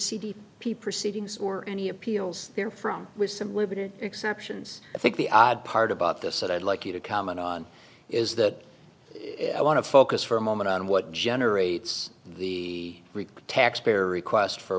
d p proceedings or any appeals therefrom which some limited exceptions i think the odd part about this that i'd like you to comment on is that i want to focus for a moment on what generates the taxpayer request for